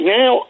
now